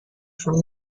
from